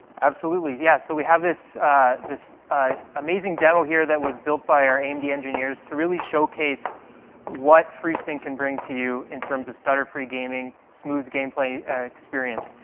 absolutely. yeah, so we have this this amazing demo here that was built by our amd engineers to really showcase what free sync can bring to you in terms of stutter-free gaming, smooth game play experience.